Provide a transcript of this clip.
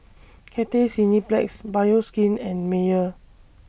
Cathay Cineplex Bioskin and Mayer